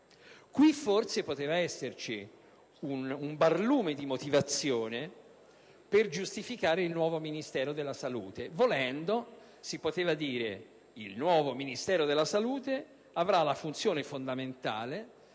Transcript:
riguardo poteva esserci un barlume di motivazione per giustificare il nuovo Ministero della salute; volendo, si poteva affermare che il nuovo Ministero della salute avrebbe avuto la funzione fondamentale